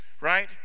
Right